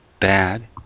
bad